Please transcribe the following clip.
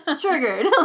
triggered